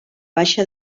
baixa